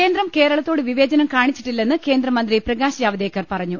കേന്ദ്രം കേരളത്തോട് വിവേചനം കാണിച്ചിട്ടില്ലെന്ന് കേന്ദ്ര മന്ത്രി പ്രകാശ് ജാവ്ദേക്കർ പറഞ്ഞു